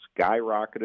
skyrocketed